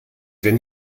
wenn